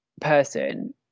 person